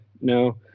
No